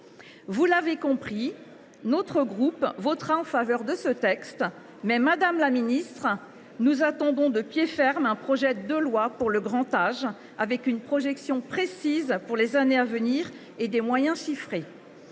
Vous l’avez compris, notre groupe votera en faveur de ce texte ; pour autant, madame la ministre, nous attendons de pied ferme un projet de loi pour le grand âge contenant une projection précise pour les années à venir et apportant des moyens chiffrés.